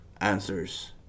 answers